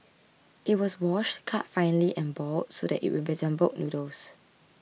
it was washed cut finely and boiled so that it resembled noodles